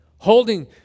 Holding